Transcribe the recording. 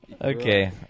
Okay